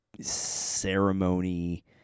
ceremony